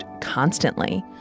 constantly